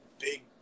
big